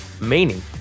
meaning